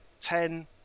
ten